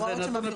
זה נתון לפרשנות.